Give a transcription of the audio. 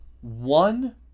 one